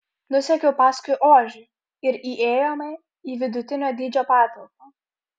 nusekiau paskui ožį ir įėjome į vidutinio dydžio patalpą